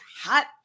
hot